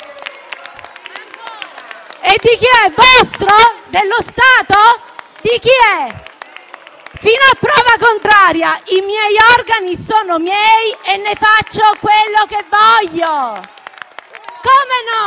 E di chi è, vostro? Dello Stato? Di chi è? Fino a prova contraria, i miei organi sono miei e ne faccio quello che voglio